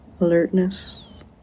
alertness